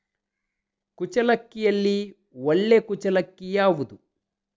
ಕುಚ್ಚಲಕ್ಕಿಯಲ್ಲಿ ಒಳ್ಳೆ ಕುಚ್ಚಲಕ್ಕಿ ಯಾವುದು?